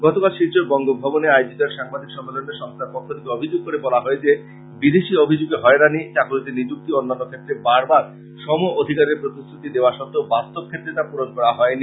গতকাল শিলচর বঙ্গভবনে আয়োজিত এক সাংবাদিক সম্মেলনে সংস্থার পক্ষ থেকে অভিযোগ করে বলা হয়েছে যে বিদেশি অভিযোগে হয়রানি চাকুরীতে নিযুক্তি ও অন্যান্য ক্ষেত্রে বারবার সম অধিকারের প্রতিশ্রাতি দেওয়া সত্বেও বাস্তব ক্ষেত্রে তা পুরণ করা হয় নি